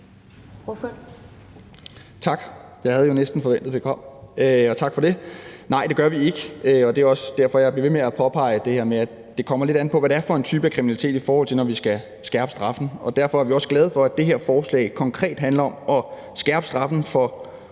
Tak. Jeg havde næsten forventet, at det kom, og tak for det. Nej, det gør vi ikke, og det er også derfor, at jeg bliver ved med at påpege det her med, at det kommer lidt an på, hvad det er for en type af kriminalitet, i forhold til at man skal skærpe straffen. Og derfor er vi også glade for, at det her forslag konkret handler om at skærpe straffen for